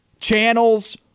channels